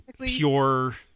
pure